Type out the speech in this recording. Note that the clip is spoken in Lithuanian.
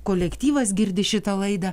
kolektyvas girdi šitą laidą